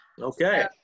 okay